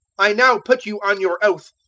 i now put you on your oath.